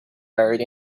buried